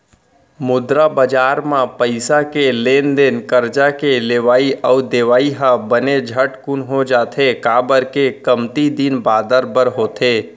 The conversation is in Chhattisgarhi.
मुद्रा बजार म पइसा के लेन देन करजा के लेवई अउ देवई ह बने झटकून हो जाथे, काबर के कमती दिन बादर बर होथे